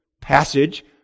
passage